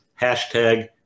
hashtag